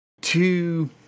two